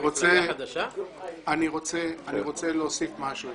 אני רוצה להוסיף משהו.